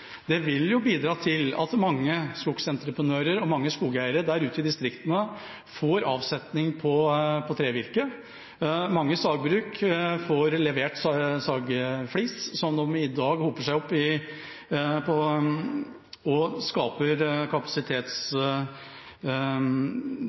Det vil bidra til at mange skogsentreprenører og mange skogeiere der ute i distriktene får avsetning på trevirke. Mange sagbruk får levert sagflis, som i dag hoper seg opp og hindrer kapasiteten på